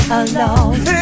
alone